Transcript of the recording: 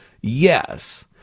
yes